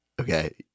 Okay